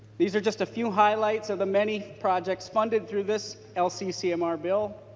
these are just a few highlights of the many projects funded through this lccmr bill.